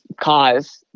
cause